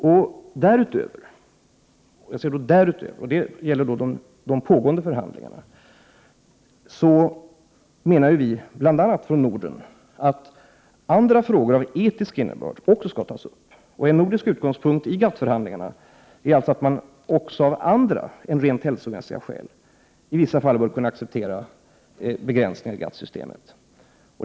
Vi har dessutom, bl.a. från Norden, framfört i de pågående GATT förhandlingarna att andra frågor av etisk innebörd också skall tas upp. En nordisk utgångspunkt i GATT-förhandlingarna är att man av andra än rent hälsomässiga skäl i vissa fall bör kunna acceptera begränsningar i GATT.